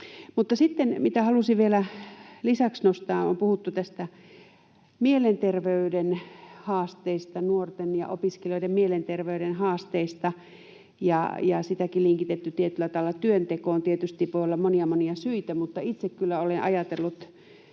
sitten se, mitä halusin vielä lisäksi nostaa: On puhuttu näistä mielenterveyden haasteista, nuorten ja opiskelijoiden mielenterveyden haasteista, ja sitäkin linkitetty tietyllä tavalla työntekoon. Tietysti voi olla monia, monia syitä, mutta itse kyllä olen ajatellut